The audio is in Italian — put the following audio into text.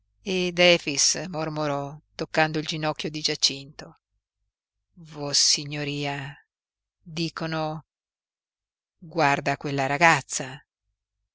ed efix mormorò toccando il ginocchio di giacinto vossignoria dicono guarda quella ragazza